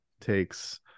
takes